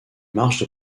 marches